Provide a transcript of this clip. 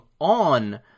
on